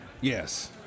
yes